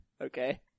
Okay